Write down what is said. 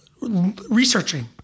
researching